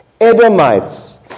Edomites